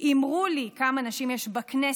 אמרו לי כמה נשים יש בכנסת,